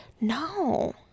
No